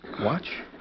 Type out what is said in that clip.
watch